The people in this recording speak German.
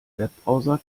webbrowser